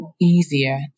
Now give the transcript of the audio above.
easier